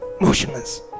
motionless